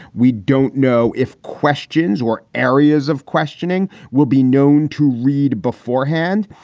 we don't know if questions or areas of questioning will be known to reid beforehand.